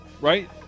right